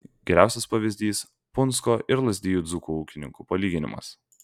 geriausias pavyzdys punsko ir lazdijų dzūkų ūkininkų palyginimas